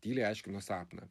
tyliai aiškino sapną